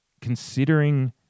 Considering